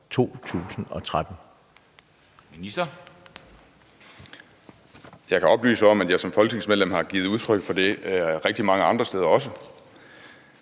Jeg kan oplyse om, at jeg som folketingsmedlem har givet udtryk for det rigtig mange andre steder også,